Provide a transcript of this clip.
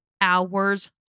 hours